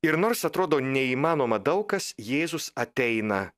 ir nors atrodo neįmanoma daug kas jėzus ateina